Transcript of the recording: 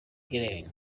grain